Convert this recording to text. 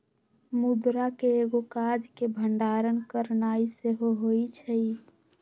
मुद्रा के एगो काज के भंडारण करनाइ सेहो होइ छइ